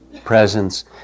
presence